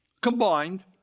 combined